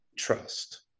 Trust